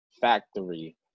Factory